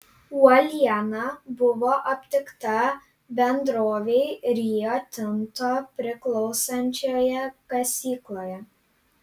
uoliena buvo aptikta bendrovei rio tinto priklausančioje kasykloje